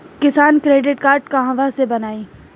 किसान credit card कहवा से बनवाई?